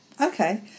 Okay